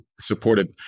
supported